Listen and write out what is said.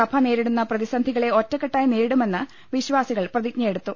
സഭ നേരിടുന്ന പ്രതിസന്ധികളെ ഒറ്റക്കെ ട്ടായി നേരിടുമെന്ന് വിശ്വാസികൾ പ്രതിജ്ഞയെടുത്തു